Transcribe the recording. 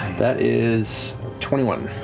that is twenty one.